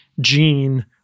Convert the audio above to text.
gene